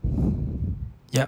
yup